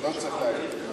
רק חולניות.